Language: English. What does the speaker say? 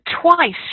twice